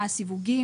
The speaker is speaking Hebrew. ומהם הסיווגים,